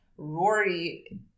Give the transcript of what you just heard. Rory